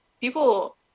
people